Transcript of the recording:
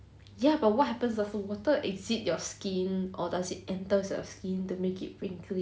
ya but what happens does the water exit your skin or does it enters your skin to make it wrinkly